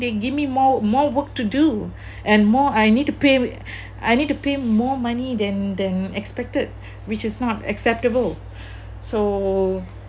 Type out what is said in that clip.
they give me more more work to do and more I need to pay I need to pay more money than than expected which is not acceptable so